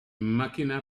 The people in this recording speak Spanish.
máquina